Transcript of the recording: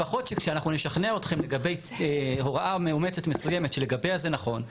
לפחות שכשאנחנו נשכנע אתכם לגבי הוראה מאומצת מסוימת שלגביה זה נכון,